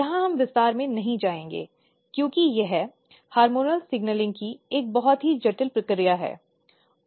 यहां हम विस्तार में नहीं जाएंगे क्योंकि यह हार्मोनल सिग्नलिंग की एक बहुत ही जटिल प्रक्रिया है